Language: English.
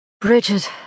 Bridget